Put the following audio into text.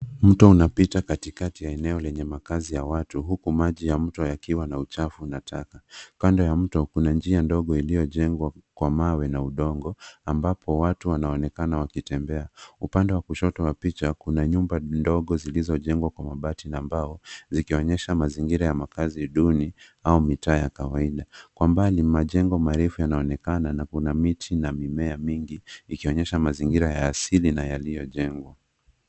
Mto unapita katikati ya eneo lenye makaazi ya watu huku maji ya mto yakiwa na uchafu na taka kando ya mto kuna njia iliyojengwa kwa mawe na udongo ambapo watu wanaonekana wakitembea upande wa kushoto wa picha kuna nyumba ndogo zilizojengwa kwa mabati na mbao zikionyesha mazingira ya makaazi duni au mitaa ya kawaida kwa mbali majengo marefu yanaonekana na kuna miti na mimea mingi ikionyesha mazingira ya asili na yaliyojengwa.